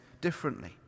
differently